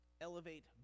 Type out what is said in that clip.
elevate